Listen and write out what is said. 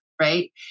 right